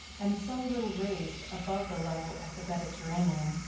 and so little raised above the level of the mediterranean,